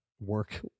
work